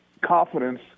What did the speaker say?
confidence